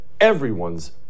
everyone's